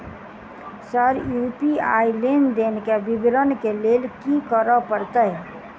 Sir UPI लेनदेन केँ विवरण केँ लेल की करऽ परतै?